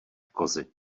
kozy